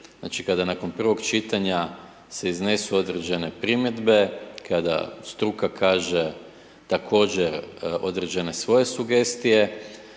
Znači kada nakon prvog čitanja, se iznesu određene primjedbe, kada struka kaže također određene svoje sugestije